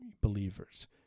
believers